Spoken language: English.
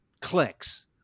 clicks